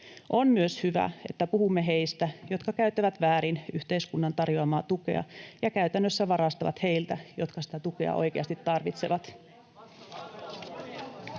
On myös hyvä, että puhumme heistä, jotka käyttävät väärin yhteiskunnan tarjoamaa tukea ja käytännössä varastavat heiltä, jotka sitä tukea oikeasti tarvitsevat.